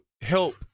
help